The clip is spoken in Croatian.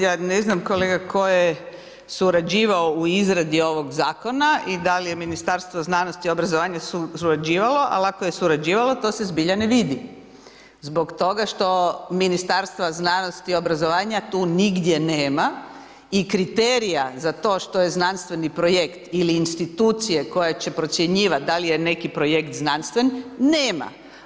Ja ne znam kolega tko je surađivao u izradi ovog zakona i da li je Ministarstvo znanosti, obrazovanja surađivalo, ali ako je surađivalo to se zbilja ne vidi zbog toga što Ministarstva znanosti, obrazovanja tu nigdje nema i kriterija za to što je znanstveni projekt ili institucije koje će procjenjivati da li je neki projekt znanstven nema.